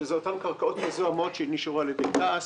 שזה אותן קרקעות מזוהמות שנשארו על ידי תע"ש,